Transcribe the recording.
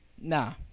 Nah